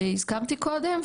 שהזכרתי קודם,